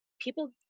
people